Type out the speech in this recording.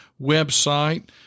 website